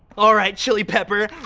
alright, chili pepper